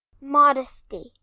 modesty